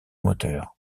moteur